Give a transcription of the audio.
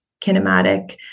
kinematic